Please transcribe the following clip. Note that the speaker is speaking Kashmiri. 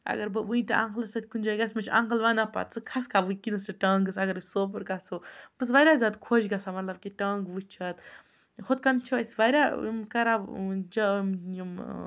اگر بہٕ وٕنہِ تہِ انٛکلَس سۭتۍ کُنہِ جایہِ گژھٕ مےٚ چھِ انٛکَل وَنان پَتہٕ ژٕ کھَسکھا وٕنۍکٮ۪نَس تہِ ٹانٛگَس اگر أسۍ سوپور گژھو بہٕ چھَس واریاہ زیادٕ خۄش گژھان مطلب کہِ ٹانٛگہٕ وٕچھِتھ ہُتھ کَنۍ چھِ أسۍ واریاہ یِم یِم